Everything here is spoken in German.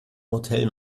hotel